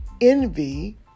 Envy